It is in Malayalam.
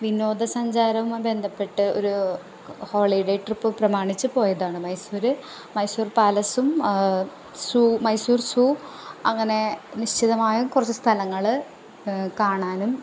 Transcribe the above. വിനോദസഞ്ചാരവുമായി ബന്ധപ്പെട്ട് ഒരു ഹോളിഡേ ട്രിപ്പ് പ്രമാണിച്ച് പോയതാണ് മൈസൂർ മൈസൂർ പാലസും സൂ മൈസൂർ സൂ അങ്ങനെ നിശ്ചിതമായ കുറച്ച് സ്ഥലങ്ങൾ കാണാനും